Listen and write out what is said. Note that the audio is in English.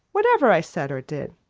whatever i said or did.